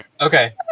okay